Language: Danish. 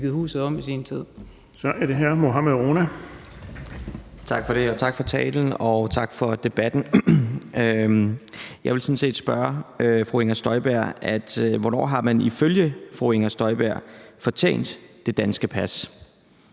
Rona. Kl. 12:19 Mohammad Rona (M): Tak for det, tak for talen, og tak for debatten. Jeg vil sådan set spørge fru Inger Støjberg: Hvornår har man ifølge fru Inger Støjberg fortjent det danske pas?